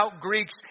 Greeks